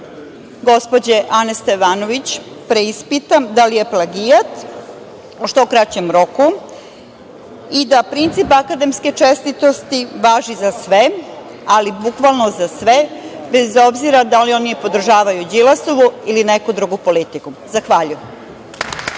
gospođe Ane Stevanović preispita da li je plagijat, u što kraćem roku, i da princip akademske čestitosti važi za sve, ali bukvalno za sve, bez obzira da li oni podržavaju Đilasovu ili neku drugu politiku. Zahvaljujem.